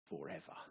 forever